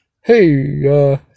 hey